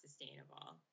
sustainable